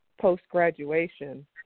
post-graduation